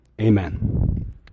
Amen